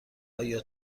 آیا